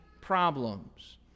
problems